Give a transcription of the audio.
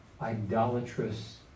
idolatrous